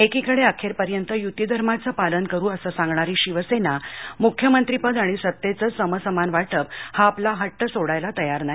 एकीकडे अखेरपर्यंत युतीधर्माचं पालन करू असं सांगणारी शिवसेना मुख्यमंत्रीपद आणि सत्तेचं समसमान वाटप हा आपला हट्ट सोडायला तयार नाही